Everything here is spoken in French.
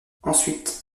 ensuite